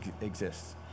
exists